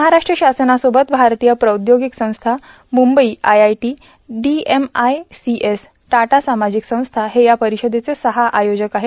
महाराष्ट्र शासनाबरोबरच भारतीय प्राद्योोगक संस्था मुंबई आयआयटो डीएमआयसीएस टाटा सामाजिक संस्था हे या र्पारषदेचे सह आयोजक आहेत